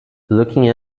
looking